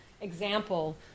example